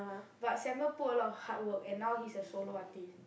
but Samuel put a lot of hard work and now he's a solo artiste